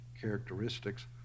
characteristics